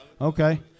Okay